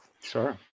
Sure